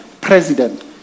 president